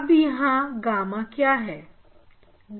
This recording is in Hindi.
अब यहां गामा क्या है